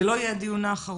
זה לא יהיה הדיון האחרון